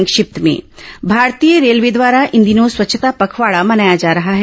संक्षिप्त समाचार भारतीय रेलवे द्वारा इन दिनों स्वच्छता पखवाड़ा मनाया जा रहा है